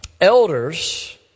Elders